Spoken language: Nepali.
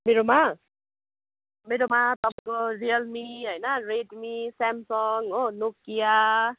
मेरोमा मेरोमा तपाईँको रियलमी होइन रेडमी स्यामसङ हो नोकिया